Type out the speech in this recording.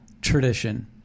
tradition